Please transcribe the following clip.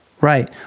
Right